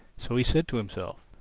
so he said to himself,